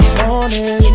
morning